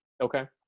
okay